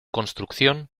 construcción